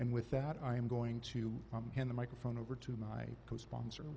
and with that i am going to hand the microphone over to my co sponsor